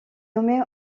nommée